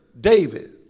David